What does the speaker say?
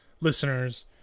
listeners